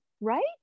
Right